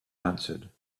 answered